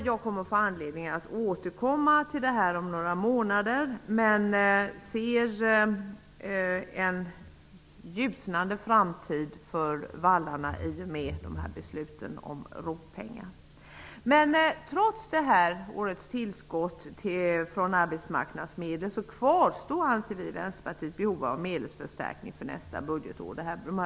Jag får anledning att återkomma till detta om några månader, men jag ser en ljusnande framtid för vallarna i och med beslutet om ROT pengar. Trots årets tillskott från arbetsmarknadsmedel kvarstår behovet av medelsförstärkning för nästa budgetår.